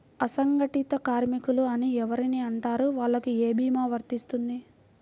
అసంగటిత కార్మికులు అని ఎవరిని అంటారు? వాళ్లకు ఏ భీమా వర్తించుతుంది?